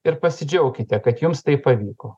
ir pasidžiaukite kad jums tai pavyko